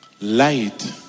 Light